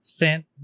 sent